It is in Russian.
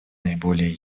наиболее